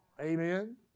Amen